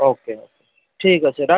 ওকে okay ঠিক আছে রাখ